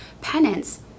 penance